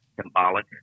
symbolic